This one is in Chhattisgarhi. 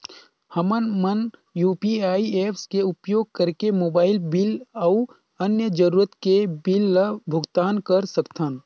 हमन मन यू.पी.आई ऐप्स के उपयोग करिके मोबाइल बिल अऊ अन्य जरूरत के बिल ल भुगतान कर सकथन